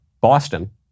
Boston